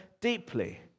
deeply